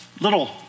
little